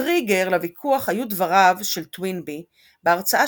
הטריגר לוויכוח היו דבריו של טוינבי בהרצאה